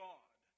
God